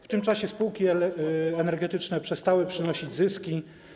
W tym czasie spółki energetyczne przestały przynosić zyski.